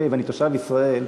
ואני תושב ישראל,